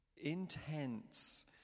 intense